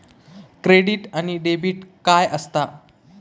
Credit आणि debit काय असता?